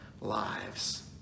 lives